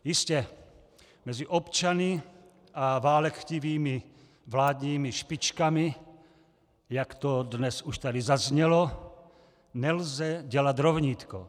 Jistě, mezi občany a válekchtivými vládními špičkami, jak to dnes už tady zaznělo, nelze dělat rovnítko.